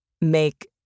make